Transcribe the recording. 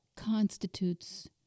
constitutes